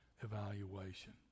evaluation